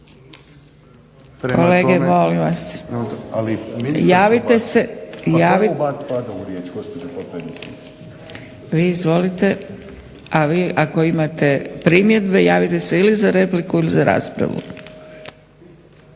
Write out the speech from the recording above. Dragica (SDP)** Vi izvolite, a vi ako imate primjedbe javite se ili za repliku ili za raspravu.